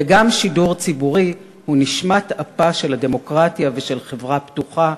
ושידור ציבורי הוא נשמת אפה של הדמוקרטיה ושל חברה פתוחה,